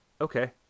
okay